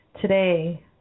today